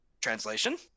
translation